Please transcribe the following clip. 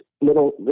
little